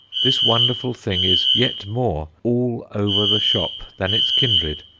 this wonderful thing is yet more all over the shop than its kindred.